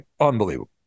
Unbelievable